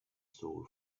soul